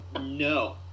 No